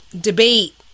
debate